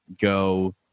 go